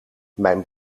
mijn